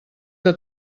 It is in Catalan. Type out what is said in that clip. que